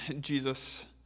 Jesus